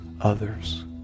others